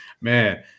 Man